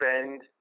spend